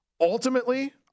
Ultimately